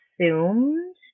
assumed